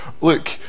look